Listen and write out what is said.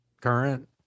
current